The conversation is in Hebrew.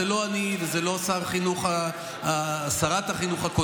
ללמוד על ז'בוטינסקי זאת הסתה?